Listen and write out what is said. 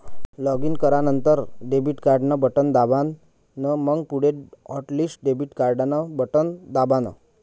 login करानंतर debit card न button दाबान, मंग पुढे हॉटलिस्ट डेबिट कार्डन बटन दाबान